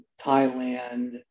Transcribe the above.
Thailand